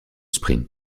sprint